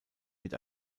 mit